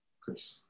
Chris